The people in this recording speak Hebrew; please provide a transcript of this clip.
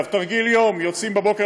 תרגיל יום: יוצאים בבוקר,